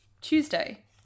Tuesday